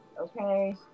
okay